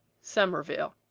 somerville.